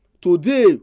Today